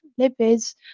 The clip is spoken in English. lipids